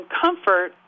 comfort